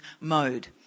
mode